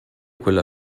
quella